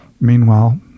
Meanwhile